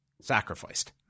sacrificed